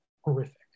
horrific